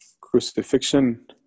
Crucifixion